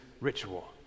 ritual